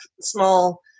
small